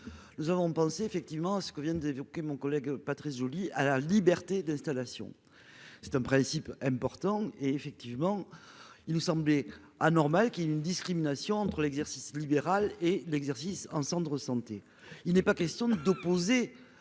Nous avons pensé effectivement à ce que vient d'évoquer, mon collègue Patrice Joly à la liberté d'installation. C'est un principe important et effectivement il nous semblait anormal qui une discrimination entre l'exercice libéral et l'exercice en cendres santé il n'est pas question d'opposer